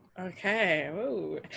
okay